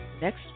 next